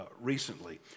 recently